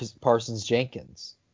Parsons-Jenkins